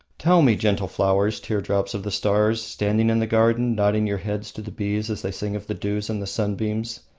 tell me, gentle flowers, teardrops of the stars, standing in the garden, nodding your heads to the bees as they sing of the dews and the sunbeams,